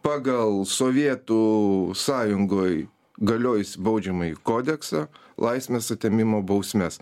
pagal sovietų sąjungoj galiojusį baudžiamąjį kodeksą laisvės atėmimo bausmes